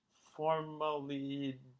Formally